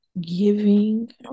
giving